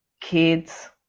kids